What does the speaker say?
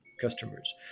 customers